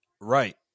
Right